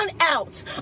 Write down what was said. out